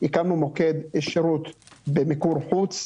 הקמנו מוקד שירות במיקור חוץ.